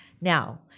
Now